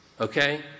okay